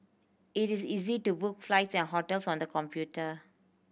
it is easy to book flights and hotels on the computer